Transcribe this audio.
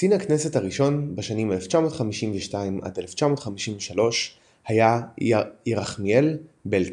קצין הכנסת הראשון בשנים 1952–1953 היה ירחמיאל בלקין.